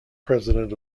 president